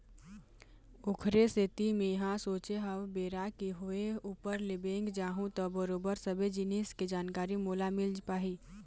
ओखरे सेती मेंहा सोचे हव बेरा के होय ऊपर ले बेंक जाहूँ त बरोबर सबे जिनिस के जानकारी मोला मिल पाही